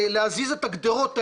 להזיז את הגדרות האלה,